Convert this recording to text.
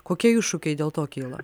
kokie iššūkiai dėl to kyla